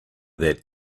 that